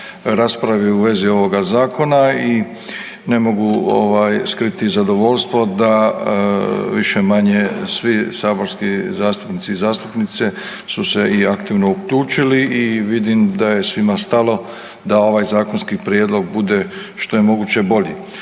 raspravi u vezi ovoga zakona i ne mogu skriti zadovoljstvo da više-manje svi saborski zastupnici i zastupnice su se i aktivno uključili i vidim da je svima stalo da ovaj zakonski prijedlog bude što je moguće bolji.